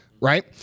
right